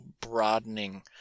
broadening